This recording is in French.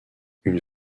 une